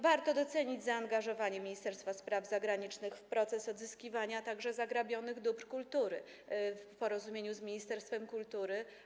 Warto także docenić zaangażowanie Ministerstwa Spraw Zagranicznych w proces odzyskiwania zagrabionych dóbr kultury w porozumieniu z ministerstwem kultury.